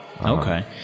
Okay